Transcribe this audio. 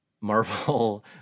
Marvel